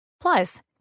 Plus